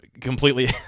completely